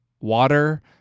Water